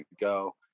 go